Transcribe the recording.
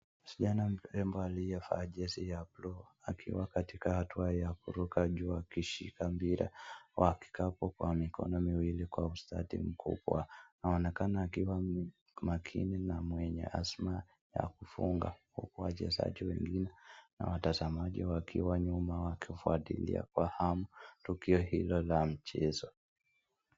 Msichana mrembo aliyevaa jezi ya buluu akiwa hatua ya kuruka juu akishika mpira wa kikapu kwa mikono yake miwili kwa ustadi mkubwa. Naonyekana akiwa makini na mwenye hazima ya kufunga, huku wachezaji wengine na watazamaji wakiwa nyuma wakifuatilia kwa hamu tokio hilo la mchezo.